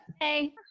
Hey